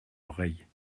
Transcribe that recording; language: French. oreilles